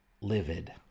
livid